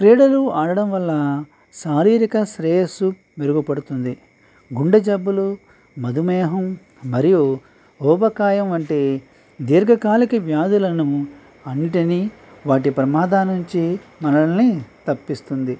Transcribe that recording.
క్రీడలు ఆడడం వల్ల శారీరిక శ్రేయస్సు మెరుగుపడుతుంది గుండెజబ్బులు మధుమేహం మరియు ఊబకాయం వంటి దీర్ఘకాలిక వ్యాధులను అన్నిటిని వాటి ప్రమాద నుంచి మనల్ని తప్పిస్తుంది